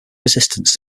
resistance